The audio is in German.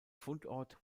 fundort